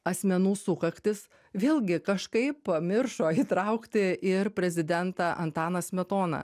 asmenų sukaktis vėlgi kažkaip pamiršo įtraukti ir prezidentą antaną smetoną